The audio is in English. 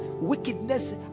wickedness